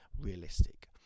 realistic